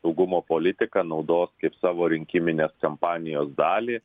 saugumo politiką naudos kaip savo rinkiminės kampanijos dalį